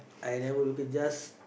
I never looking just